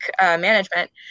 management